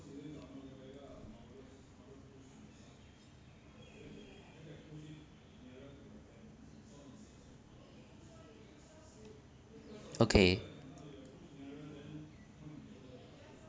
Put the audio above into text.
okay